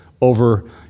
over